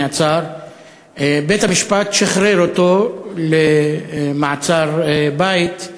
בית-המשפט שחרר אותו למעצר בית.